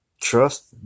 trust